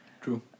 True